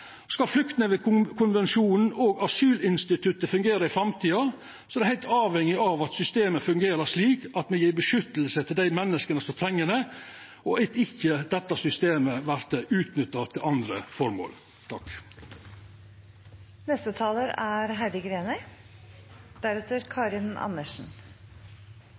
Skal flyktningkonvensjonen og asylinstituttet fungera i framtida, er ein heilt avhengig av at systemet fungerer slik at me kan gje vern til dei menneska som treng det, og at dette systemet ikkje vert utnytta til andre formål.